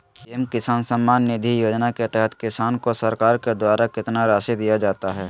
PM किसान सम्मान निधि योजना के तहत किसान को सरकार के द्वारा कितना रासि दिया जाता है?